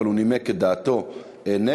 אבל הוא נימק את דעתו נגד,